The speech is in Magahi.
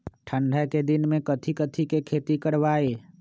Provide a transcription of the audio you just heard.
ठंडा के दिन में कथी कथी की खेती करवाई?